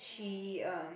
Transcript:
she um